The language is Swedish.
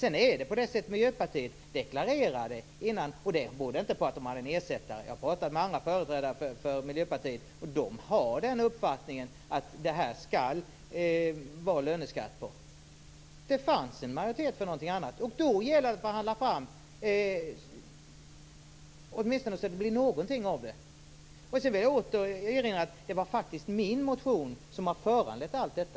Miljöpartiets deklaration berodde inte på att de hade en ersättare. Jag har pratat med andra företrädare för Miljöpartiet, och de har den uppfattningen att det skall vara löneskatt på vinstandelar. Det fanns en majoritet för något annat, och då gäller det att förhandla så att det åtminstone blir någonting av det. Sedan vill jag åter erinra om att det faktiskt är min motion som har föranlett allt detta.